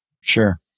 Sure